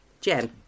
Jen